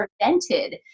prevented